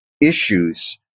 issues